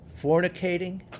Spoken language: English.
fornicating